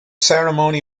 ceremony